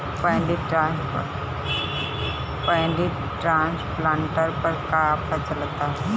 Paddy transplanter पर का offer चलता?